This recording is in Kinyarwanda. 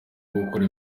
gukora